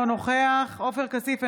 אינו נוכח עופר כסיף,